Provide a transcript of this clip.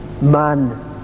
man